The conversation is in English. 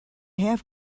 have